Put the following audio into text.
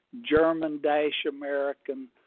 German-American